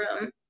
room